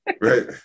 Right